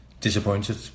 disappointed